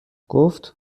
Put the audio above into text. گفت